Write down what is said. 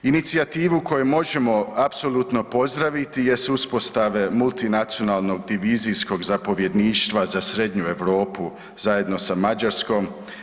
Inicijativu koju možemo apsolutno pozdraviti jest uspostave multinacionalnog divizijskog zapovjedništva za Srednju Europu zajedno sa Mađarskom.